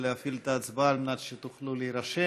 להפעיל את ההצבעה על מנת שתוכלו להירשם,